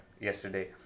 yesterday